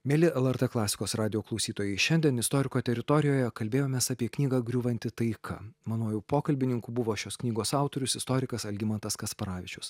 mieli lrt klasikos radijo klausytojai šiandien istoriko teritorijoje kalbėjomės apie knygą griūvanta taika manuoju pokalbininku buvo šios knygos autorius istorikas algimantas kasparavičius